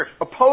Oppose